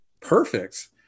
perfect